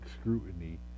scrutiny